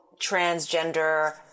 transgender